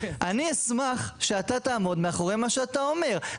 אני אשמח שאתה תעמוד מאחורי מה שאתה אומר.